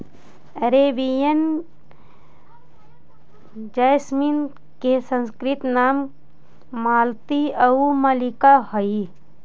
Arabian jasmine के संस्कृत नाम मालती आउ मल्लिका हइ